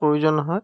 প্ৰয়োজন হয়